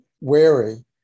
wary